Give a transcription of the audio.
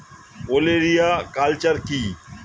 ওলেরিয়া কালচার কি?